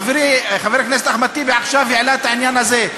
חברי חבר הכנסת אחמד טיבי העלה עכשיו את העניין הזה,